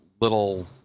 little